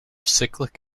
cyclic